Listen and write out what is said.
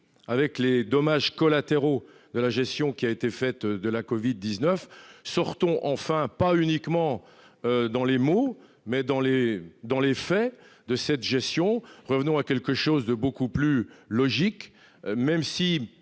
avec les dommages collatéraux de sa gestion de la covid-19. Sortons enfin, pas uniquement dans les mots, mais dans les faits, d'une telle gestion ! Revenons à quelque chose de beaucoup plus logique, même si